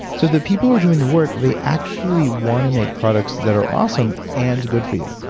so, the people who are doing the work they actually want to make products that are awesome and good for you,